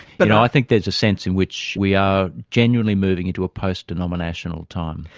but i think there's a sense in which we are genuinely moving into a post-denominational time.